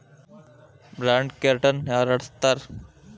Bond market ನ ಯಾರ್ನಡ್ಸ್ತಾರ?